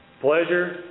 Pleasure